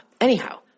Anyhow